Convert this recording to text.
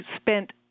spent